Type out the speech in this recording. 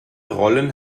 rollen